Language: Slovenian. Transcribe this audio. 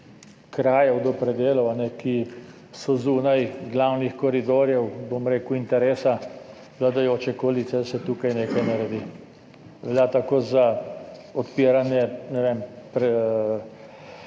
krajev, do predelov, ki so zunaj glavnih koridorjev, bom rekel interesa vladajoče koalicije, da se tukaj nekaj naredi, velja tako za odpiranje, ne vem,